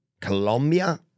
Colombia